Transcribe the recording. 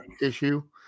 issue